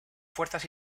fuerzas